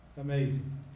Amazing